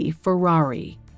Ferrari